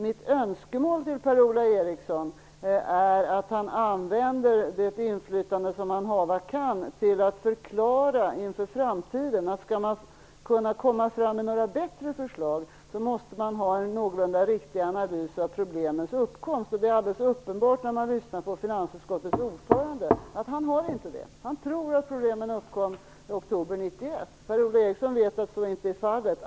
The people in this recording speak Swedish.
Mitt önskemål är att Per-Ola Eriksson använder det inflytande som han hava kan till att inför framtiden förklara att för att kunna komma med bättre förslag måste det finnas en någorlunda riktig analys av problemens uppkomst. Det är alldeles uppenbart, efter att ha lyssnat på finansutskottets ordförande, att han inte har en sådan analys. Han tror att problemen uppkom i oktober 1991, men Per-Ola Eriksson vet att så inte är fallet.